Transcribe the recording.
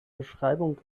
beschreibung